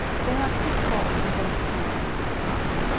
there are pitfalls on both sides of this path.